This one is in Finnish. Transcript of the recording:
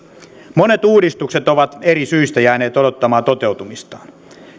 monet uudistukset ovat eri syistä jääneet odottamaan toteutumistaan